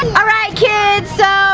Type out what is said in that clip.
alright kids,